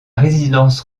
résidence